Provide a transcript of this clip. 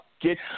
get